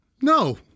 No